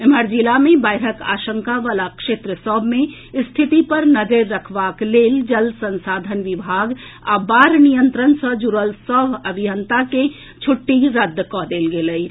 एम्हर जिला मे बाढ़िक आशंका वला क्षेत्र सभ मे स्थिति पर नजर रखबाक लेल जल संसाधन विभाग आ बाढ़ नियंत्रण सॅ जुड़ल सभ अभियंता के छुट्टी रद्द कऽ देल गेल अछि